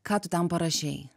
ką tu ten parašei